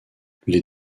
les